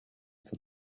for